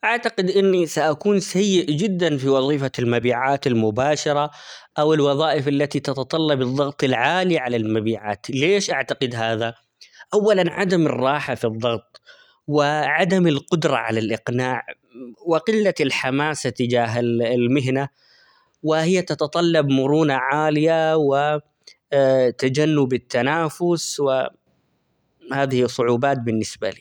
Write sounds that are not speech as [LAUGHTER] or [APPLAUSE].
أعتقد إني سأكون سيء جدا في وظيفة المبيعات المباشرة ،أو الوظائف التي تتطلب الظغط العالي على المبيعات، ليش أعتقد هذا؟ أولًا عدم الراحة في الضغط وعدم القدرة على الإقناع وقلة الحماسة تجاه -ال- المهنة ،وهي تتطلب مرونة عالية و [HESITATION] تجنب التنافس ،وهذه صعوبات بالنسبة لي.